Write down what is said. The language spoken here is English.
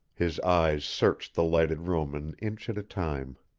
his eyes searched the lighted room an inch at a time.